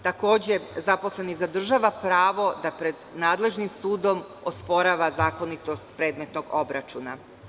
Takođe zaposleni zadržava pravo da pred nadležnim sudom osporava zakonitost predmetnog obračuna.